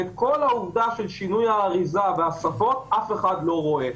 ואת כל שינוי האריזה והשפות אף אחד לא רואה.